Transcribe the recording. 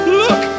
look